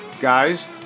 guys